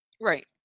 Right